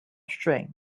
string